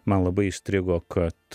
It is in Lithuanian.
man labai įstrigo kad